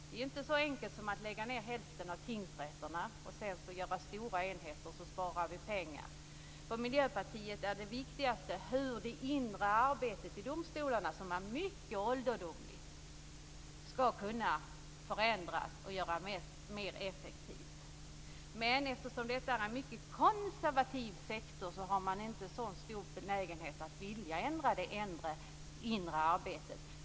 Det är inte så enkelt som att lägga ned hälften av tingsrätterna och göra stora enheter så att man sparar pengar. För Miljöpartiet är det viktigaste hur det inre arbetet i domstolarna, som är mycket ålderdomligt, skall kunna förändras och göras mer effektivt. Men eftersom detta är en mycket konservativ sektor har man inte så stor benägenhet att ändra det inre arbetet.